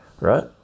right